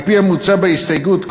על-פי המוצע בהסתייגות,